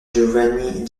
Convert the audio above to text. giovanni